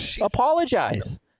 Apologize